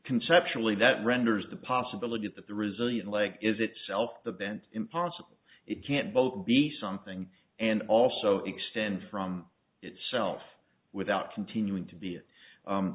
conceptually that renders the possibility that the resilient leg is itself the bent impossible it can't both be something and also extend from itself without continuing to be